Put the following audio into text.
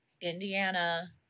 Indiana